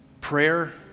Prayer